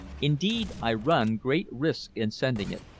indeed, i run great risks in sending it.